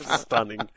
stunning